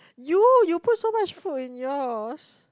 you you put so much food in yours